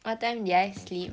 what time did I sleep